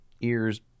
ears